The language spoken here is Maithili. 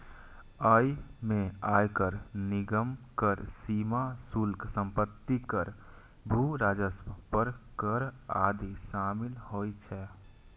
अय मे आयकर, निगम कर, सीमा शुल्क, संपत्ति कर, भू राजस्व पर कर आदि शामिल होइ छै